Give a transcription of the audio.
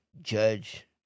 judge